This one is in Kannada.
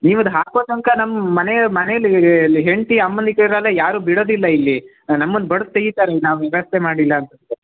ನೀವು ಅದು ಹಾಕೋ ತನಕ ನಮ್ಮ ಮನೆ ಮನೇಲ್ಲಿ ಅಲ್ಲಿ ಹೆಂಡತಿ ಅಮ್ಮಂದಿಕ್ಕರುಗಳೆಲ್ಲ ಯಾರೂ ಬಿಡೋದಿಲ್ಲ ಇಲ್ಲಿ ನಮ್ಮನ್ನು ಬಡ್ದು ತೆಗೀತಾರೆ ಇಲ್ಲಿ ನಾವು ವ್ಯವಸ್ಥೆ ಮಾಡಲಿಲ್ಲ ಅಂತಂದ್ರೆ